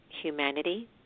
Humanity